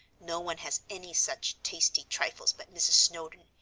no one has any such tasty trifles but mrs. snowdon,